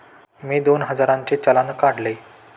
मी दोन हजारांचे चलान काढले